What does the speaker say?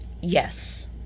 Yes